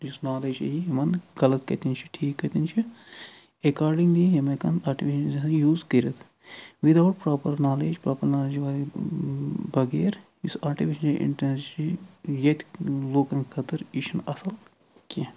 یُس نالیج یی یِمَن غَلَط کَتٮ۪ن چھِ ٹھیٖک کَتٮ۪ن چھِ اٮ۪کاڈِنٛگلی یِم ہٮ۪کن آٹِفِشَل یوٗز کٔرِتھ without proper knowledge proper knowledge وَرٲے بَغیر یُس آٹِفِشَل اِنٹٮ۪لِجَنٕس چھِ ییٚتہِ لوکَن خٲطرٕ یہِ چھِنہٕ اصٕل کیٚنٛہہ